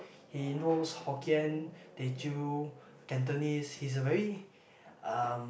he knows Hokkien Teochew Cantonese he's a very um